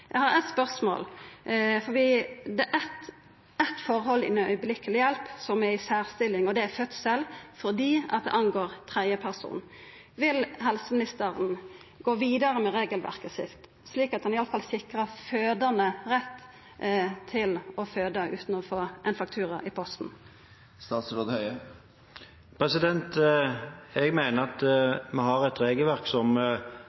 Eg har eitt spørsmål. Det gjeld eit forhold under strakshjelp som er i særstilling, og det er fødsel, fordi det angår tredjeperson. Vil helseministeren gå vidare med regelverket, slik at han i alle fall sikrar fødande rett til å føda utan å få ein faktura i posten? Jeg mener at vi har et regelverk som ble utarbeidet av den forrige regjering, og som